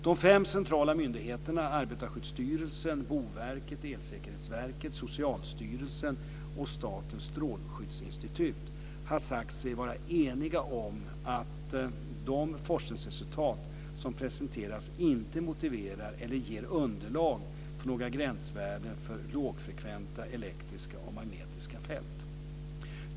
De fem centrala myndigheterna Arbetarskyddsstyrelsen, Boverket, Elsäkerhetsverket, Socialstyrelsen och Statens strålskyddsinstitut har sagt sig vara eniga om att de forskningsresultat som presenterats inte motiverar eller ger underlag för några gränsvärden för lågfrekventa elektriska och magnetiska fält.